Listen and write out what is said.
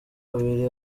babiri